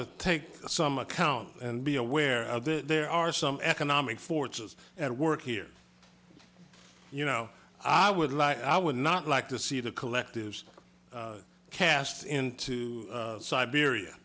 to take some account and be aware of that there are some economic forces at work here you know i would like i would not like to see the collective's cast into siberia